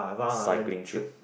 cycling trip